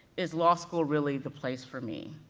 is law school really the place for me?